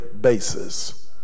basis